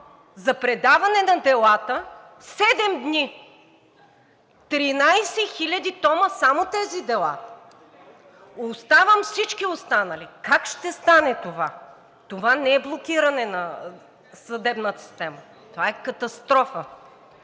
за предаване на делата седем дни. 13 хиляди тома са само тези дела, а оставям всички останали. Как ще стане това?! Това не е блокиране на съдебната система, а това е катастрофа.